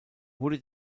wurde